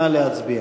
נא להצביע.